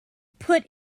put